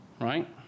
Right